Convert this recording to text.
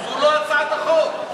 זו לא הצעת החוק.